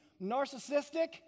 narcissistic